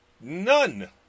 none